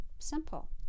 Simple